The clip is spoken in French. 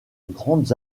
grandes